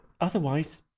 otherwise